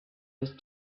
was